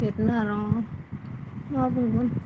बिदिनो आरो मा बुंगोन